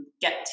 get